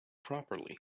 properly